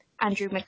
Andrew